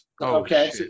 Okay